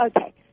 Okay